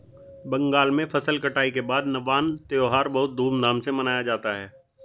बंगाल में फसल कटाई के बाद नवान्न त्यौहार बहुत धूमधाम से मनाया जाता है